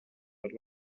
but